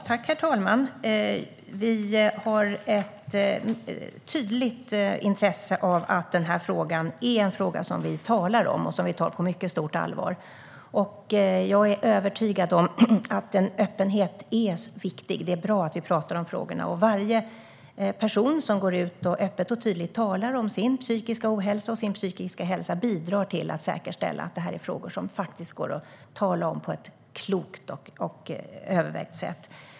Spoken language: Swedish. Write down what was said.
Herr talman! Vi har ett tydligt intresse av att tala om denna fråga och ta den på mycket stort allvar. Jag är övertygad om att öppenhet är viktig. Det är bra att vi pratar om detta, och varje person som går ut och öppet och tydligt talar om sin psykiska ohälsa och hälsa bidrar till att säkerställa att det går att tala om de här frågorna på ett klokt och övervägt sätt.